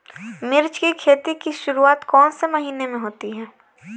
मिर्च की खेती की शुरूआत कौन से महीने में होती है?